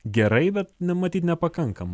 gerai bet na matyt nepakankama